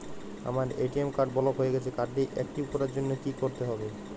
আমার ATM card block হয়ে গেছে কার্ড টি একটিভ করার জন্যে কি করতে হবে?